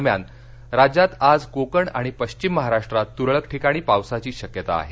दरम्यान राज्यात आज कोकण आणि पश्चिम महाराष्ट्रात तुरळक ठिकाणी पावसाची शक्यता आहे